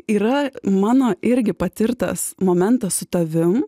yra mano irgi patirtas momentas su tavim